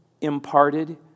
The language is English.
imparted